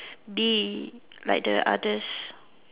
be like the others